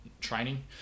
training